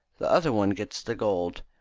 the other one gets the gold.